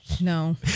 No